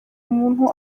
umuntu